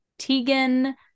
Tegan